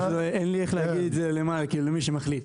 אין לי איך להגיד את זה למי שמחליט.